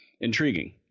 intriguing